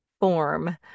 form